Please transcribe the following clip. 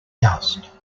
dust